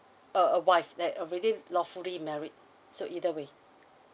a a wife that already lawfully married so either way